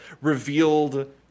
revealed